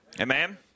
Amen